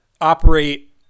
operate